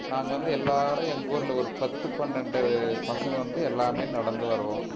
நாங்கள் வந்து எல்லோரும் எங்கள் ஊரில் ஒரு பத்து பன்னெண்டு பசங்க வந்து எல்லாமே நடந்து வருவோம்